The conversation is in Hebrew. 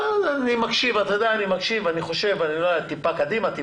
אני שמח שאין עלייה במספר החולים הקשים.